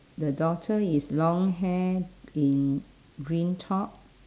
the daughter is long hair in green top